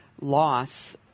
loss